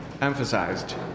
emphasized